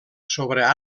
sobre